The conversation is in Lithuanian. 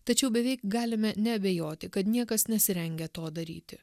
tačiau beveik galime neabejoti kad niekas nesirengia to daryti